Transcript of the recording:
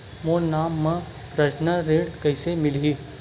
मोर नाम म परसनल ऋण कइसे मिलही?